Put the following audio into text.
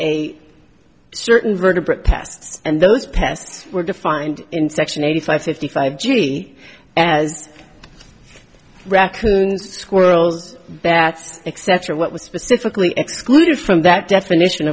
a certain vertebrate test and those pests were defined in section eighty five fifty five julie as raccoons squirrels bats except for what was specifically excluded from that definition